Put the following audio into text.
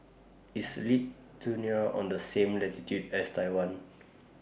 IS Lithuania on The same latitude as Taiwan